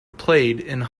played